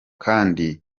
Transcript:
kandi